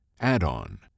Add-on